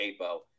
Capo